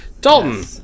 Dalton